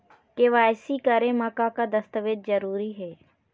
KYC करे म का का दस्तावेज जरूरी हे?